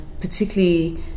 particularly